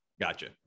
Gotcha